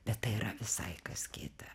bet tai yra visai kas kita